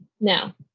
Now